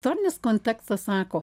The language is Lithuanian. teorinis kontekstas sako